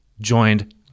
joined